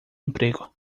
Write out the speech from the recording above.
emprego